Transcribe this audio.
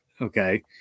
Okay